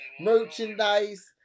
merchandise